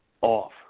off